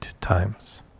times